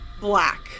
black